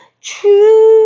true